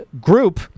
group